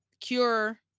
cure